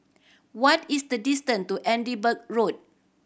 what is the distance to Edinburgh Road